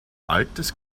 altes